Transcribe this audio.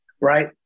Right